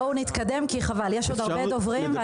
בואו נתקדם, חבל, יש עוד הרבה דוברים.